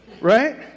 right